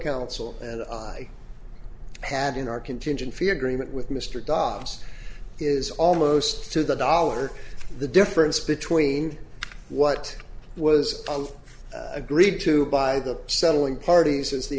counsel and i had in our contingent fee agreement with mr dobbs is almost to the dollar the difference between what was agreed to by the settling parties is the